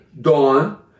dawn